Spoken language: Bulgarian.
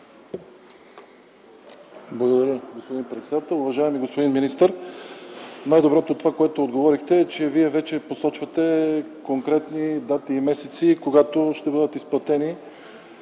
Благодаря, господин председател. Уважаеми господин министър, най-доброто в това, което Вие отговорихте, е, че вече посочвате конкретни дати и месеци, когато ще бъде изплатена